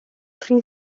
rhy